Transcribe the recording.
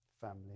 family